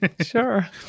Sure